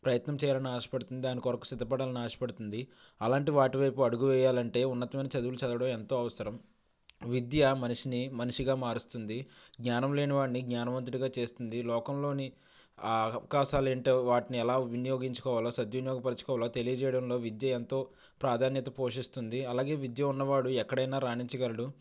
ప్రయత్నం చేయాలన్న ఆశపడుతుంది దాని కొరకు సిద్ధపడాలని ఆశపడుతుంది అలాంటి వాటి వైపు అడుగు వేయాలంటే ఉన్నతమైన చదువులు చదవడం ఎంతో అవసరం విద్య మనిషిని మనిషిగా మారుస్తుంది జ్ఞానం లేని వాడిని జ్ఞానవంతుడిగా చేస్తుంది లోకంలోని అవకాశాలు ఏంటో వాటిని ఎలా వినియోగించుకోవాలో సద్వినియోగపరచుకోవాలో తెలియజేయడంలో విద్య ఎంతో ప్రాధాన్యత పోషిస్తుంది అలాగే విద్య ఉన్నవాడు ఎక్కడైనా రాణించగలడు